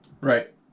right